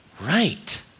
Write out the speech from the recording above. Right